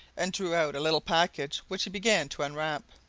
and drew out a little package which he began to unwrap.